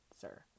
sir